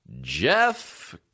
Jeff